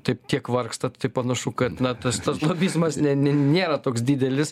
taip tiek vargstat tai panašu kad na tas lobizmas ne nė nėra toks didelis